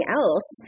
else